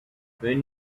when